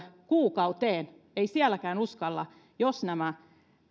kuukauteen ei sielläkään uskalla jos nämä